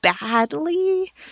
badly